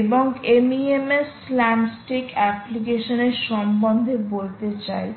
এবং MEMS slam stick application এর সম্বন্ধে বলতে চাই